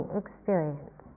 experience